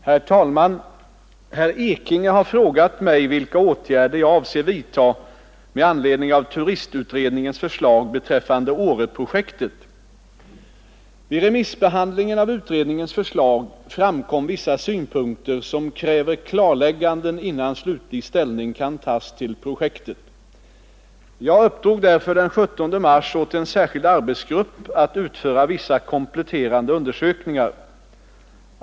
Herr talman! Herr Ekinge har frågat mig vilka åtgärder jag avser vidta med anledning av turistutredningens förslag beträffande Åreprojektet. Vid remissbehandlingen av utredningens förslag framkom vissa synpunkter som kräver klarlägganden innan slutlig ställning kan tas till projektet. Jag uppdrog därför den 17 mars åt en särskild arbetsgrupp att utföra vissa kompletterande undersökningar.